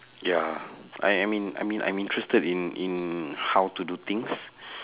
ya I am in~ I in~ I'm interested in in how to do things